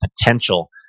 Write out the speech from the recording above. potential